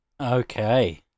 Okay